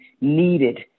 needed